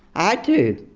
i had to.